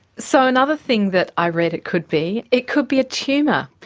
so another thing that i read it could be, it could be a tumour.